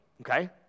okay